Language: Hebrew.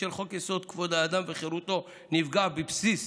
כאשר חוק-יסוד: כבוד האדם וחירותו נפגע בבסיס.